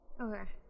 Okay